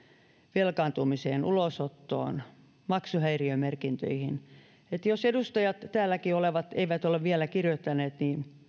velkaantumiseen ulosottoon maksuhäiriömerkintöihin eli jos edustajat täälläkin olevat eivät ole vielä allekirjoittaneet niin